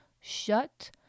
shut